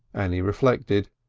annie reflected.